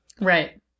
Right